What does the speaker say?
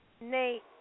Nate